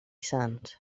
sant